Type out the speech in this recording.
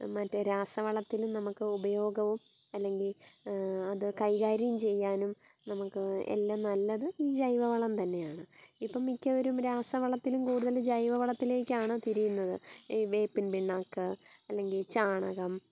മറ്റേ രാസവളത്തിന് നമുക്ക് ഉപയോഗവും അല്ലെങ്കിൽ അത് കൈകാര്യം ചെയ്യാനും നമുക്ക് എല്ലാം നല്ലത് ജൈവവളം തന്നെയാണ് ഇപ്പം മിക്കവരും രാസവളത്തിനും കൂടുതൽ ജൈവവളത്തിലേക്കാണ് തിരിയുന്നത് ഈ വേപ്പിൻ പിണ്ണാക്ക് അല്ലെങ്കിൽ ചാണകം